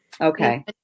Okay